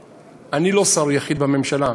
אני לא שר יחיד בממשלה,